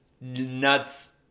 nuts